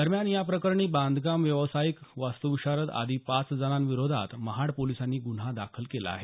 दरम्यान या प्रकरणी बांधकाम व्यावसायिक वास्त्विषारद आदी पाच जणांविरोधात महाड पोलिसांनी गुन्हा दाखल केला आहे